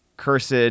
Cursed